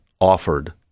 offered